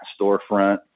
storefront